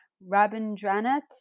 Rabindranath